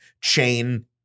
chain